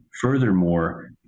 furthermore